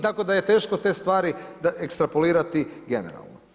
Tako da je teško te stvari ekstrapolirati generalno.